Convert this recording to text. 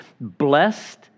blessed